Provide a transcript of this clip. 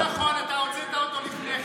זה לא נכון, אתה הוצאת אותו לפני כן.